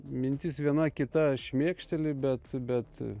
mintis viena kita šmėkšteli bet bet